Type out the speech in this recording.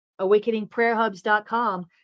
AwakeningPrayerHubs.com